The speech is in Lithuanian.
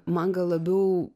man labiau